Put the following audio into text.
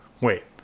wait